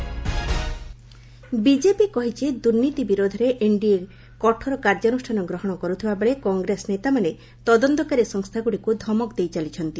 BJP corruption BJP କହିଛି ଦୁର୍ନୀତି ବିରୋଧରେ ଏନଡିଏ କଠୋର କାର୍ଯ୍ୟାନୁଷ୍ଠାନ ଗ୍ରହଣ କରୁଥିବାବେଳେ କଂଗ୍ରେସ ନେତାମାନେ ତଦନ୍ତକାରୀ ସଂସ୍ଥାଗୁଡିକ ଧମକ ଦେଇଚାଲିଛନ୍ତି